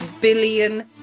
billion